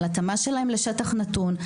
על התאמה שלהם לשטח נתון,